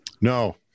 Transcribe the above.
No